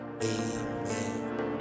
amen